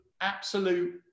absolute